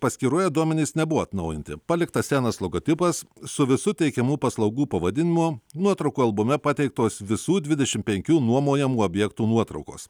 paskyroj duomenys nebuvo atnaujinti paliktas senas logotipas su visu teikiamų paslaugų pavadinimu nuotraukų albume pateiktos visų dvidešimt penkių nuomojamų objektų nuotraukos